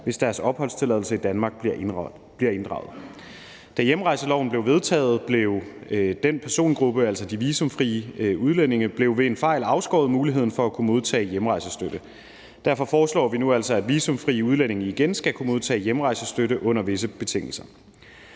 hvis deres opholdstilladelse i Danmark bliver inddraget. Da hjemrejseloven blev vedtaget, blev den persongruppe, altså de visumfri udlændinge, ved en fejl afskåret fra muligheden for at kunne modtage hjemrejsestøtte. Derfor foreslås det nu, at visumfrie udlændinge igen skal kunne modtage hjemrejsestøtte under visse betingelser.